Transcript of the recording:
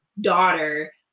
daughter